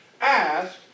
ask